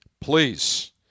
please